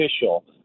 official